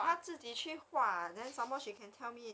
mm ya